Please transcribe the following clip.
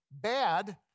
bad